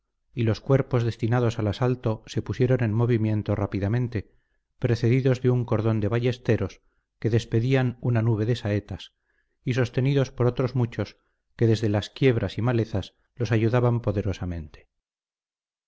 y los cuerpos destinados al asalto se pusieron en movimiento rápidamente precedidos de un cordón de ballesteros que despedían una nube de saetas y sostenidos por otros muchos que desde las quiebras y malezas los ayudaban poderosamente